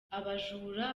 abajura